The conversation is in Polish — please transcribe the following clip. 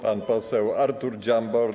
Pan poseł Artur Dziambor.